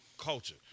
culture